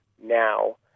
now